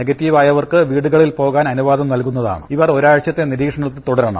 negative ആയവർക്ക് വീടുകളിൽ പോകാൻ അനുവാദം നൽകുന്നതാണ് ഇവർ ഒരാഴ്ചത്തെ നിരീക്ഷണത്തിൽ തുടരണം